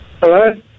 Hello